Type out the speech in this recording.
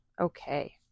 Okay